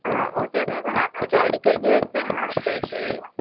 آ okay ma'am ہم ready کر کے رکھتے ہیں آپ اسے